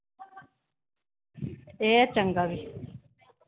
ए चंगा फ्ही